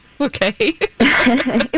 Okay